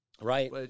Right